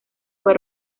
fue